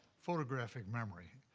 photographic memory,